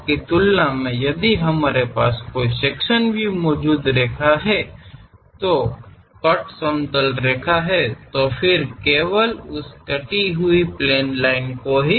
ಆದ್ದರಿಂದ ಮಧ್ಯದ ರೇಖೆಗೆ ಹೋಲಿಸಿದರೆ ನಾವು ವಿಭಾಗೀಯ ವೀಕ್ಷಣೆ ರೇಖೆ ಇದ್ದರೆ ಸಮತಲ ರೇಖೆಯನ್ನು ಕತ್ತರಿಸಿ ನಂತರ ಆ ಕತ್ತರಿಸಿದ ಸಮತಲ ರೇಖೆಯನ್ನು ಮಾತ್ರ ತೋರಿಸಬೇಕಾಗಿದೆ